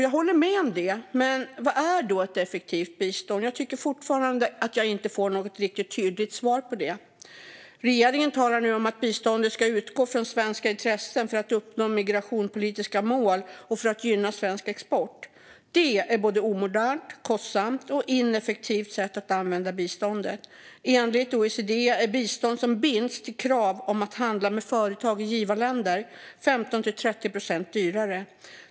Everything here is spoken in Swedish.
Jag håller med om att det är bra. Men vad är då ett effektivt bistånd? Jag tycker fortfarande inte att jag får något riktigt tydligt svar på det. Regeringen talar nu om att biståndet ska utgå från svenska intressen för att uppnå migrationspolitiska mål och för att gynna svensk export. Det är ett både omodernt, kostsamt och ineffektivt sätt att använda biståndet. Enligt OECD är bistånd som binds till krav på att handla med företag i givarländer 15-30 procent dyrare.